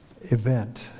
event